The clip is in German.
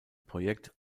projekt